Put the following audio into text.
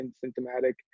symptomatic